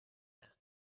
air